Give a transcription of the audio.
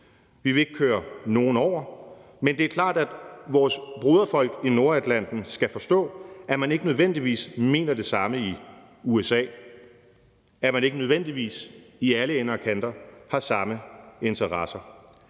Vi vil ikke køre nogen over, men det er klart, at vores broderfolk i Nordatlanten skal forstå, at man ikke nødvendigvis mener det samme i USA, at man ikke nødvendigvis i alle ender og kanter har samme interesser.